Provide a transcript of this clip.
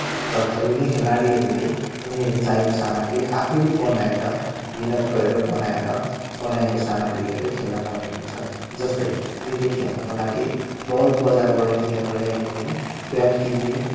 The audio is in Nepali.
र खेल्ने खेलाडीहरूले उनीहरूले चाहिएको सामग्री आफैँले बनाएर मेहनत गरेर बनाएर बनाएको सामग्रीहरूले खेल्नपर्ने हुन्छ जस्तै क्रिकेट खेल्नको लागि बल बजारबाट किनेर ल्याए पनि ब्याट किन्ने